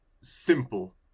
simple